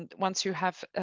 and once you have